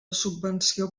subvenció